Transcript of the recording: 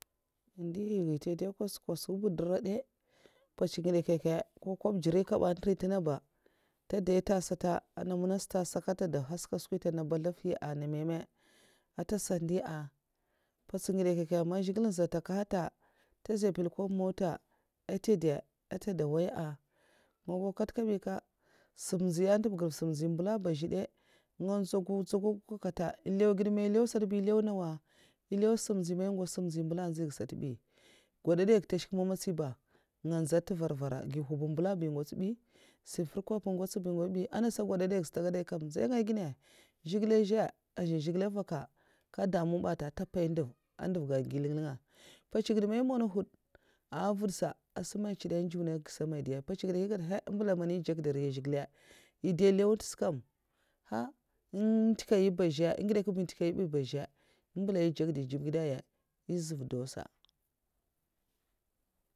Ndiri ngaya ntè dè kasikw'nkwasukw ndira dè? Mpèts ngidè nkyèkyè nko nkwob jiri an ntèri ntènga kabi ba ntè dèta sata ana mana sttah sak ntè da nhaskada nsuntè na mbuzlèvhiyasata ana mè mè antè sa ndiya ah ah mpèts ngidè nh kyèk nkyè man zhigilèan ntèkahya ntèzshè npèl nkwob muta ntèda antè ndè waya'a man nkat kabi ka simnzhiyanta gèv sam zhiyabmbulaba zhèy dè nga nzèw ba nga dzugwgwg nkata n nklèw gèd man èh nlèw sata ba nlèwgèd nawa nlèw nsamzhyè man ngwots simzhyè mbulasata manakwa gwadadaiga ntèshkè magatsis ba nga nzèw ntu nvar nvara gi ghuban mbulasata ba ngwots bi sunfrakwan ba ngwots nwoybbi anasa n ngwadadais ntè gèdai kam mziya gènna zhigilè'n zhè azun zhigilè vhaka nkè damu nta ntèb mpaii ndèv, ndèvga mgi nlènnlènga mpwotsngidè mai uhm monawahèd azuna mvad sama nchièd na njiwna ngèsha mèii dèi!!Mpwitsngidè ngada uhmmmmm èhn mbulaman èh ndjèkdè agidè zhigilè èh dè nlèw ntè sata kam nhann ntèka nyèba azhè ngidè nkyènkyè ntèka nyèinbi ba azhèy an mbèllain ndjèkèda nlèw gèd nyè nzhuv dausa a